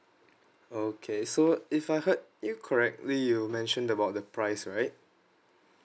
okay so if I heard it correctly you mention about the price right